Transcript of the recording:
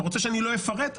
רוצה שלא אפרט?